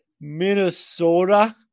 Minnesota